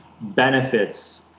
benefits